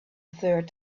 third